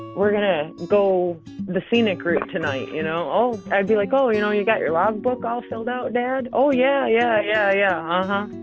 we're going to go the scenic route tonight. you know? oh, i'd be like, oh, you know, you got your log book all filled it out, dad? oh, yeah, yeah, yeah, yeah um